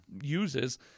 uses